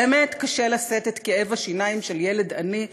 באמת קשה לשאת את כאב השיניים של ילד עני,